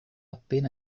appena